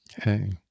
Okay